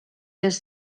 les